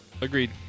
Agreed